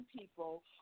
people